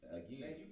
again